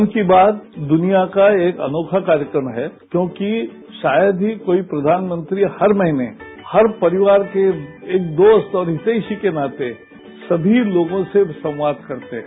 मन की बात दनिया का एक अनोखा कार्यक्रम है क्योंकि शायद ही कोई प्रधानमंत्री हर महीने हर परिवार के एक दोस्त और हितेषी के नाते सभी लोगों से संवाद करते हैं